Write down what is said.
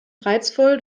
reizvoll